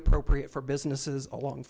appropriate for businesses along